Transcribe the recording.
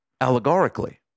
allegorically